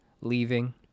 leaving